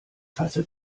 fasse